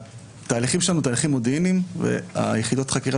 התהליכים שלנו הם תהליכים מודיעיניים ויחידות החקירה